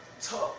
tough